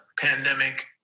pandemic